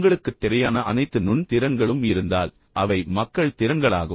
உங்களுக்குத் தேவையான அனைத்து நுண் திறன்களும் இருந்தால் அவை உண்மையில் மக்கள் திறன்களாகும்